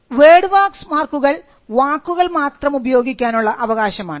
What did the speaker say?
word max മാർക്കുകൾ വാക്കുകൾ മാത്രം ഉപയോഗിക്കാനുള്ള അവകാശം ആണ്